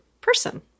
person